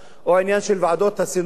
או העניין של ועדות הסינון,